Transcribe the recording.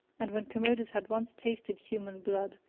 and when commodus had once tasted human blood,